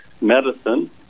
medicine